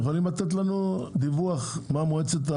נוכל לקבל דיווח עד ה-4 באפריל לגבי ההחלטה של מועצת הנגידים?